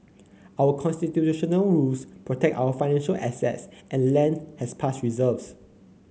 our Constitutional rules protect our financial assets and land has past reserves